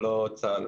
ולא צה"ל.